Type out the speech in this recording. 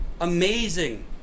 amazing